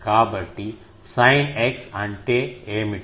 కాబట్టి sine x అంటే ఏమిటి